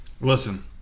Listen